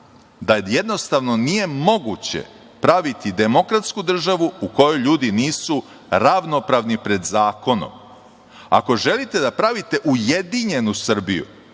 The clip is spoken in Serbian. da jednostavno nije moguće praviti demokratsku državu u kojoj ljudi nisu ravnopravni pred zakonom. Ako želite da pravite ujedinjenu Srbiju,